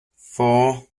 four